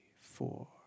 four